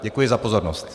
Děkuji za pozornost.